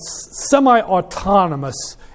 semi-autonomous